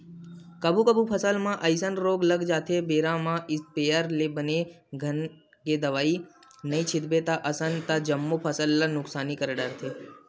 कभू कभू फसल म अइसन रोग लग जाथे बेरा म इस्पेयर ले बने घन के दवई पानी नइ छितबे बने असन ता जम्मो फसल ल नुकसानी कर डरथे